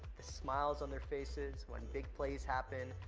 the smiles on their faces when big plays happen,